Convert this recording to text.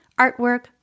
artwork